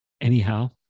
Anyhow